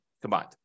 combined